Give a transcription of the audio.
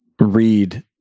read